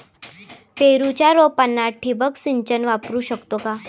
पेरूच्या रोपांना ठिबक सिंचन वापरू शकतो का?